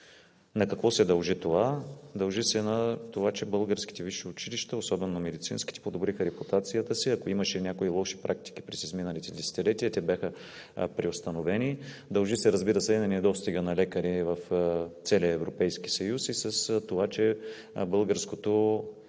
На какво се дължи това? Дължи се на това, че българските висши училища, особено медицинските, подобриха репутацията си. Ако имаше някои лоши практики през изминалите десетилетия, те бяха преустановени. Дължи се, разбира се, и на недостига на лекари в целия Европейски съюз, и с това, че българското